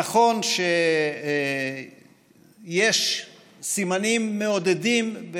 נכון שיש סימנים מעודדים,